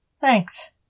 Thanks